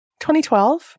2012